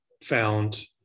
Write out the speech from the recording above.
found